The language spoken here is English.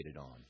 on